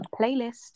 playlist